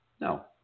no